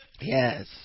Yes